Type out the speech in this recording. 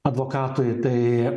advokatui tai